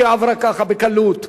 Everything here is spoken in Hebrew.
שעברה כך בקלות,